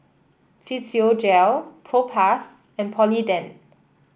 Physiogel Propass and Polident